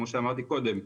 כמו שאמרתי קודם,